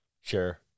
sure